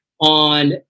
on